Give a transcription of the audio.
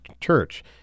Church